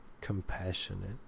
compassionate